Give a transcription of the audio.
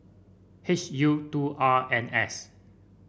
H U two R N S